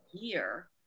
year